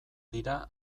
dira